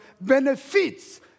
benefits